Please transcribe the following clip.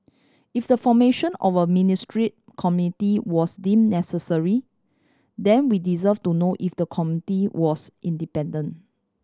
if the formation of a ministry committee was deemed necessary then we deserve to know if the committee was independent